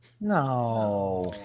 No